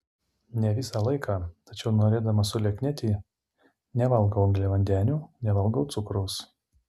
ne visą laiką tačiau norėdama sulieknėti nevalgau angliavandenių nevalgau cukraus